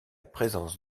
présence